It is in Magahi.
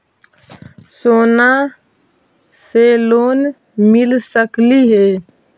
सोना से लोन मिल सकली हे?